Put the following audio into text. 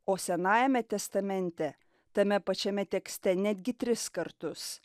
o senajame testamente tame pačiame tekste netgi tris kartus